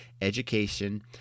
education